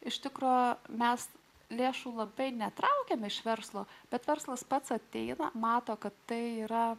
iš tikro mes lėšų labai netraukiame iš verslo bet verslas pats ateina mato kad tai yra